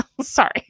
sorry